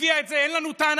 אין לנו טענה